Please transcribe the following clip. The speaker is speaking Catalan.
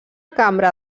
cambra